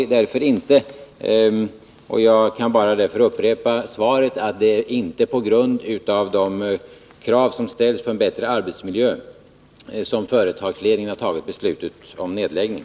Jag kan därför bara upprepa svaret, att det inte är på grund av de krav som ställts om en bättre arbetsmiljö som företagsledningen avser att fatta beslutet om nedläggning.